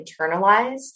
internalized